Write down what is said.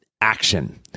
action